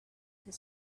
his